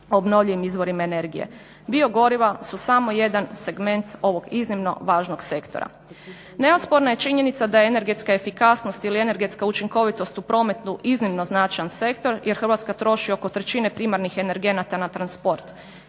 obnovljivim izvorima energije. Biogoriva su samo jedan segment ovog iznimno važnog sektora. Neosporna je činjenica da energetska efikasnost ili energetska učinkovitost u prometu iznimno značajan sektor jer Hrvatska troši oko trećine primarnih energenata na transport.